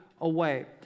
away